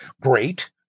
Great